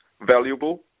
valuable